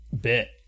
bit